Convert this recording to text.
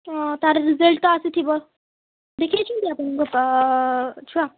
ତା'ର ରେଜଜ୍ଟଟା ଆସି ଥିବ ଦେଖାଇଛନ୍ତି ଆପଣଙ୍କୁ ତ ଛୁଆ